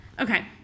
Okay